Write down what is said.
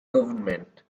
government